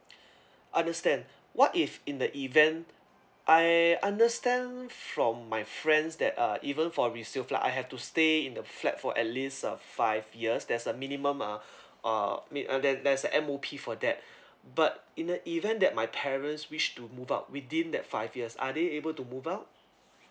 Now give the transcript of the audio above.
understand what if in the event I understand from my friends that uh even for resale flat I have to stay in the flat for at least uh five years there's a minimum uh uh mi~ uh there there's a M_O_P for that but in the event that my parents wish to move out within that five years are they able to move out